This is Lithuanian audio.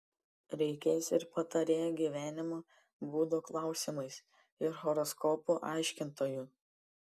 reikės ir patarėjų gyvenimo būdo klausimais ir horoskopų aiškintojų